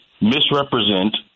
misrepresent